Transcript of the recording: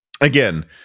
Again